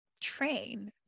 train